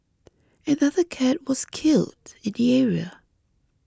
another cat was killed in the area